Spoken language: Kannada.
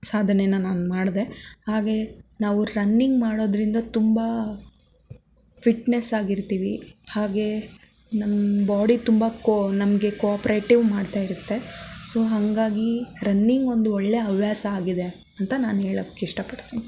ಸಾಧನೇನ ನಾನು ಮಾಡಿದೆ ಹಾಗೇ ನಾವು ರನ್ನಿಂಗ್ ಮಾಡೋದ್ರಿಂದ ತುಂಬ ಫಿಟ್ನೆಸ್ ಆಗಿರ್ತೀವಿ ಹಾಗೇ ನನ್ನ ಬಾಡಿ ತುಂಬ ಕೊ ನಮಗೆ ಕೋಪರೇಟಿವ್ ಮಾಡ್ತಾಯಿರುತ್ತೆ ಸೊ ಹಾಗಾಗಿ ರನ್ನಿಂಗ್ ಒಂದು ಒಳ್ಳೆಯ ಹವ್ಯಾಸ ಆಗಿದೆ ಅಂತ ನಾನು ಹೇಳೋಕ್ಕೆ ಇಷ್ಟಪಡ್ತೀನಿ